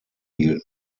hielten